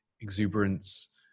exuberance